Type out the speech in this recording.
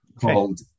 called